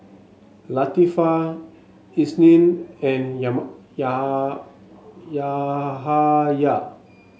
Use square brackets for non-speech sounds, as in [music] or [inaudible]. Latifa Isnin and [unintelligible] Yahaya